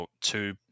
two